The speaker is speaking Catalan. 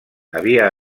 havia